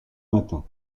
matin